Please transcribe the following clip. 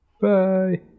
Bye